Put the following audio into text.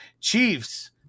Chiefs